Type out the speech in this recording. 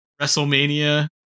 WrestleMania